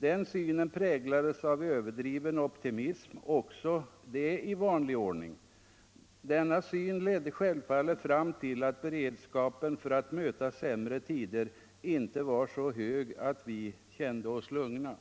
Den synen präglades av överdriven optimism — också det i vanlig ordning — och ledde självfallet fram till att beredskapen för att möta sämre tider inte blev så hög att vi kände oss lugna.